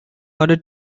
order